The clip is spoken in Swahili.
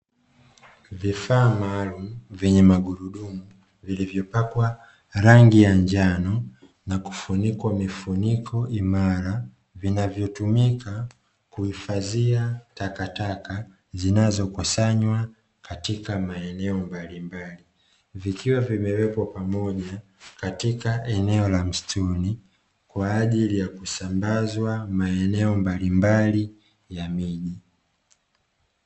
Vifaa maalumu vyenye magurudumu vilivyopakwa rangi ya njano na kufunikwa mifuniko imara, vinavyotumika kuhifadhia takataka zinazokusanywa katika maeneo mbalimbali. Vikiwa vimewekwa pamoja katika eneo la msituni, kwa ajili ya kusambazwa maeneo mbalimbali ya miji.